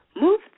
Move